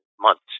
months